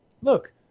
look